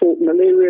malaria